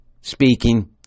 speaking